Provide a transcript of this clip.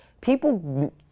People